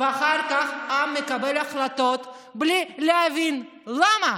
ואחר כך העם מקבל את ההחלטות בלי להבין למה,